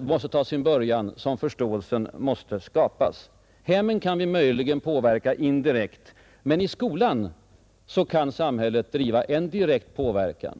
måste ta sin början. Det är där förståelsen måste skapas. Hemmen kan vi möjligen påverka indirekt, men i skolan kan samhället bedriva en direkt påverkan.